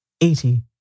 eighty